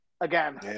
again